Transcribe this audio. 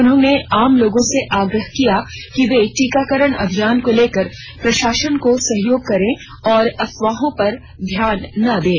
उन्होंने आम लोगों से आग्रह किया कि वे टीकाकरण अभियान को लेकर प्रशासन को सहयोग करे और अफवाहों पर ध्यान नहीं दें